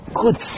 good